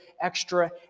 extra